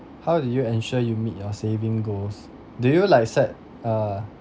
how do you ensure you meet your saving goals do you like set a